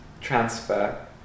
transfer